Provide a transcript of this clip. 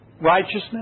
righteousness